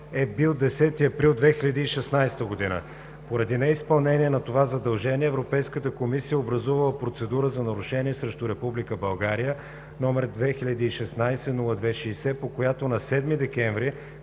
е бил 10 април 2016 г. Поради неизпълнение на това задължение Европейската комисия е образувала процедура за нарушение срещу Република България, № 2016/0260, по която на 7 декември